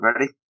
Ready